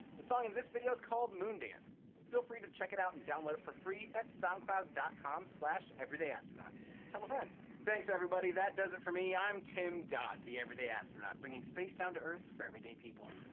the song in this video is called moon dance feel free to check it out and download it for free at soundcloud dot com slash everydayastronaut tell a friend! thanks everybody that does it for me. i'm tim dodd, the everyday astronaut. bringing space down to earth for everyday people.